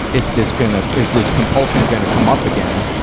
is this gonna, is this compulsion gonna come up again,